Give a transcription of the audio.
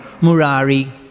Murari